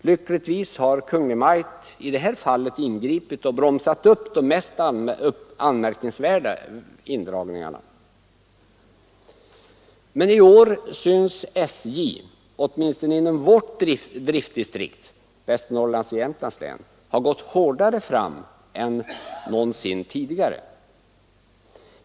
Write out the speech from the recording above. Lyckligtvis har Kungl. Maj:t i det fallet ingripit och bromsat upp de mest anmärkningsvärda indragningarna. Men i år synes SJ åtminstone inom vårt driftdistrikt, Västernorrlands och Jämtlands län, ha gått hårdare fram än någonsin tidigare.